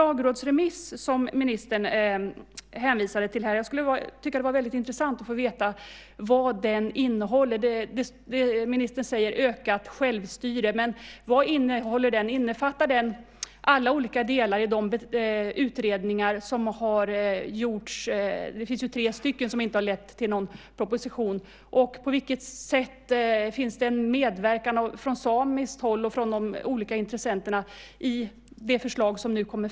Ministern hänvisade här till en lagrådsremiss. Det skulle vara väldigt intressant att få veta vad den innehåller. Ministern talar om ökat självstyre. Men vad innehåller lagrådsremissen? Innefattar den alla olika delar i de utredningar som har gjorts - det finns ju tre utredningar som inte har lett till någon proposition? Och på vilket sätt finns det en medverkan från samiskt håll och från de olika intressenterna i det förslag som nu kommer?